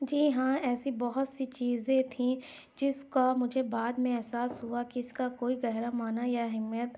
جی ہاں ایسی بہت سی چیزیں تھیں جس کا مجھے بعد میں احساس ہوا کہ اس کا کوئی گہرا معنی یا اہمیت